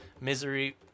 Misery